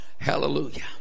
Hallelujah